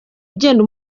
ugenda